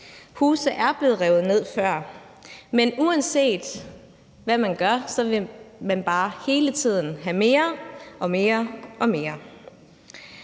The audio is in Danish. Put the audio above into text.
Huse er blevet revet ned før. Man uanset hvad man gør, vil man bare hele tiden have mere og mere og mere.